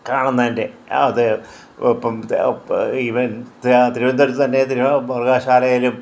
കാണുന്നതിൻ്റെ അത് ഇപ്പം ഈവൻ തിരുവനന്തപുരത്ത് തന്നെ മൃഗശാലയിലും